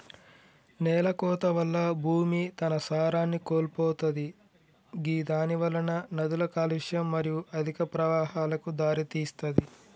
నేలకోత వల్ల భూమి తన సారాన్ని కోల్పోతది గిదానివలన నదుల కాలుష్యం మరియు అధిక ప్రవాహాలకు దారితీస్తది